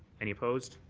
any opposed?